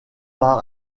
par